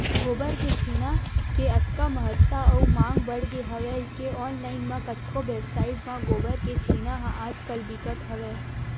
गोबर के छेना के अतका महत्ता अउ मांग बड़गे हवय के ऑनलाइन म कतको वेबसाइड म गोबर के छेना ह आज कल बिकत हवय